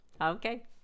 Okay